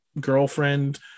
girlfriend